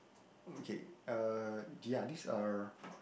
okay uh ya these are